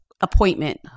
appointment